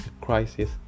crisis